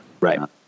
Right